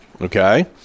Okay